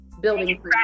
Building